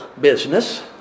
business